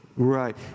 right